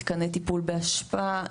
מתקני טיפול באשפה,